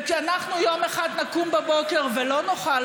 וכשאנחנו יום אחד נקום בבוקר ולא נוכל